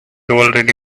already